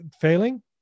failing